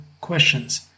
questions